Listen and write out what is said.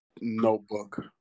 notebook